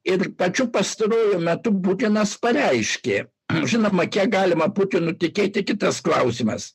ir tačiau pastaruoju metu putinas pareiškė žinoma kiek galima putinu tikėti kitas klausimas